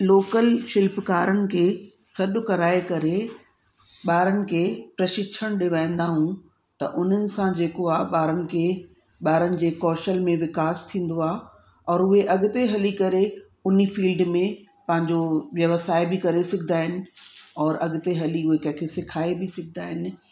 local शिल्पकारनि खे सॾु कराए करे ॿारनि खे प्रशिक्षण ॾियारींदा आहियूं त उन्हनि सां जेको आहे ॿारनि खे ॿारनि जे कौशल में विकास थींदो आहे औरि उहे अॻिते हली करे उनी फील्ड में पंहिंजो व्यवसाय बि करे सघंदा आहिनि औरि अॻिते हली उहे कंहिंखे सिखाए बि सघंदा आहिनि